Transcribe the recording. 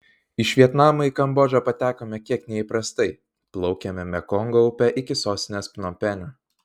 iš vietnamo į kambodžą patekome kiek neįprastai plaukėme mekongo upe iki sostinės pnompenio